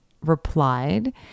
replied